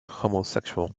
homosexual